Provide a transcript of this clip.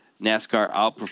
NASCAR